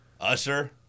Usher